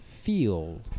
feel